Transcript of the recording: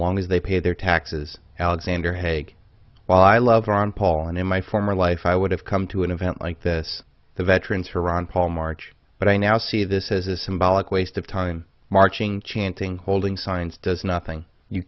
as they pay their taxes alexander haig well i love ron paul and in my former life i would have come to an event like this the veterans for ron paul march but i now see this as a symbolic waste of time marching chanting holding signs does nothing you